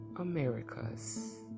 Americas